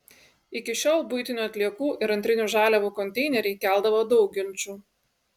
iki šiol buitinių atliekų ir antrinių žaliavų konteineriai keldavo daug ginčų